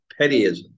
pettyism